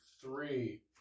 three